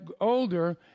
older